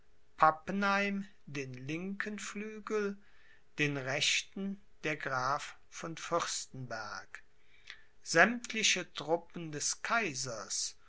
pappenheim den linken flügel den rechten der graf von fürstenberg sämmtliche truppen des kaisers